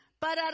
para